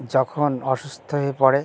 যখন অসুস্থ হয়ে পড়ে